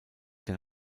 der